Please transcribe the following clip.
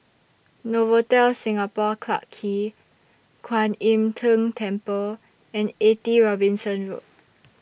Novotel Singapore Clarke Quay Kwan Im Tng Temple and eighty Robinson Road